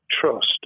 trust